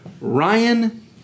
Ryan